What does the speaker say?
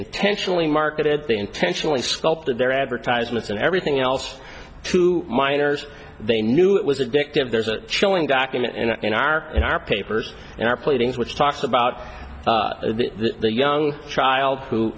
intentionally marketed they intentionally sculpted their advertisements and everything else to minors they knew it was addictive there's a chilling document and in our in our papers in our pleadings which talks about the young child who